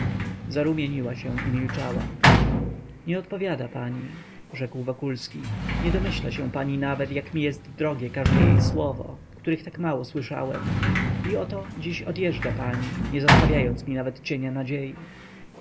zarumieniła się i milczała nie odpowiada pani rzekł wokulski nie domyśla się pani nawet jak jest mi drogie każde jej słowo których tak mało słyszałem i oto dziś odjeżdża pani nie zostawiając mi nawet cienia nadziei